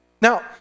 Now